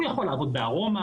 הוא יכול לעבוד ב"ארומה",